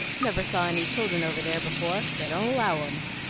never saw any children over there before. they don't allow em.